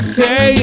say